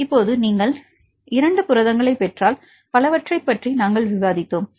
இப்போது நீங்கள் 2 புரதங்களைப் பெற்றால் பலவற்றை பற்றி நாங்கள் விவாதித்தோம்